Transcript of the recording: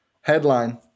Headline